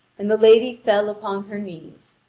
and the lady fell upon her knees.